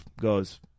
goes